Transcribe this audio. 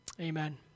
Amen